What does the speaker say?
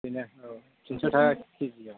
बिदिनो औ थिनस'थाखा केजि औ